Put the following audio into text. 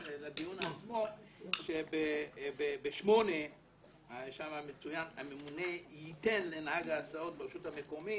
לדיון עצמו שבסעיף 8 מצוין כי הממונה ייתן לנהג ההסעות ברשות המקומית